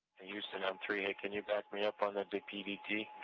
houston on three, can you back me up on the